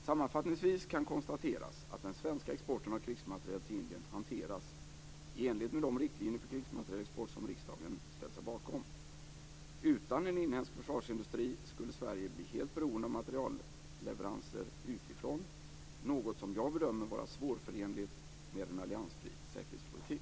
Sammanfattningsvis kan konstateras att den svenska exporten av krigsmateriel till Indien hanteras i enlighet med de riktlinjer för krigsmaterielexport som riksdagen ställt sig bakom. Utan en inhemsk försvarsindustri skulle Sverige bli helt beroende av materielleveranser utifrån, något som jag bedömer vara svårförenligt med en alliansfri säkerhetspolitik.